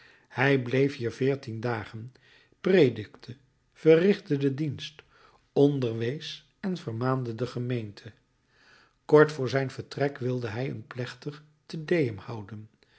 hij bleef hier veertien dagen predikte verrichtte den dienst onderwees en vermaande de gemeente kort voor zijn vertrek wilde hij een plechtig te deum houden